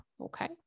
okay